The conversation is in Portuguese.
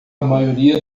maioria